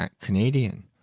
Canadian